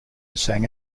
sang